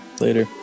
Later